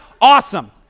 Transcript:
awesome